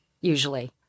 usually